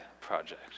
project